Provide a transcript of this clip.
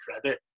credit